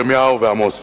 ירמיהו ועמוס,